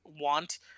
want